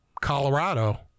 colorado